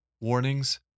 Warnings